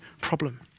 problem